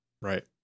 Right